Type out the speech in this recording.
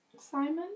simon